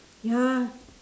ya